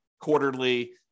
quarterly